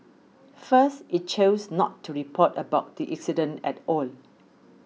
first it chose not to report about the incident at all